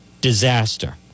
disaster